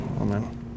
Amen